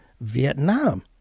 Vietnam